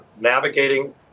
navigating